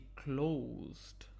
closed